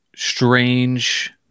Strange